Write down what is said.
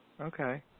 Okay